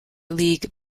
league